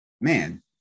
man